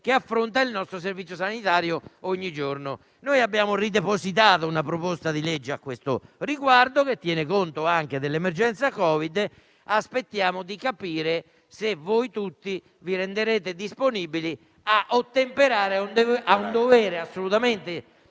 affronta il nostro Servizio sanitario. Noi abbiamo depositato nuovamente una proposta di legge a questo riguardo, che tiene conto anche dell'emergenza Covid-19; aspettiamo di capire se voi tutti vi renderete disponibili a ottemperare a un dovere assolutamente